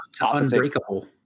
unbreakable